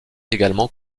également